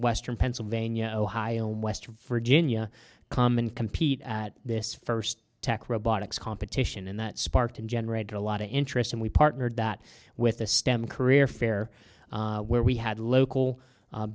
western pennsylvania ohio west virginia common compete at this first tech robotics competition and that sparked and generate a lot of interest and we partnered that with a stem career fair where we had local